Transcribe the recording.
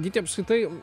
gyti apskritai